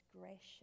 gracious